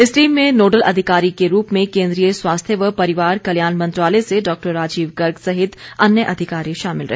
इस टीम में नोडल अधिकारी के रूप में केंद्रीय स्वास्थ्य व परिवार कल्याण मंत्रालय से डॉ राजीव गर्ग सहित अन्य अधिकारी शामिल रहे